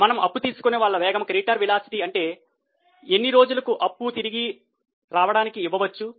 మనము అప్పు తీసుకునే వాళ్ళ వేగము అంటే ఎన్ని రోజులుకు కంపెనీ అప్పు తిరిగి రావడానికి ఇవ్వవచ్చు